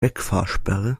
wegfahrsperre